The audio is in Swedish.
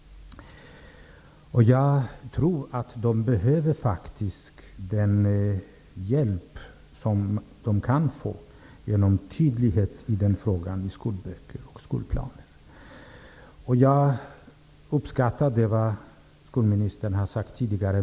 Jag tror faktiskt att de behöver all den hjälp som de kan få genom tydlighet i denna fråga i skolböcker och läroplaner. Jag uppskattar det som skolministern tidigare har sagt.